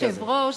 אדוני היושב-ראש,